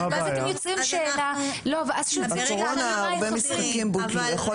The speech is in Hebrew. ואז אתם יוצרים שאלה --- הרבה משחקים בוטלו בקורונה.